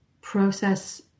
process